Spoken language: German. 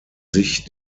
sich